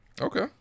Okay